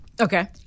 Okay